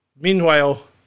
meanwhile